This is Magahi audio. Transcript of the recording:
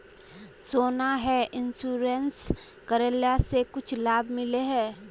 सोना यह इंश्योरेंस करेला से कुछ लाभ मिले है?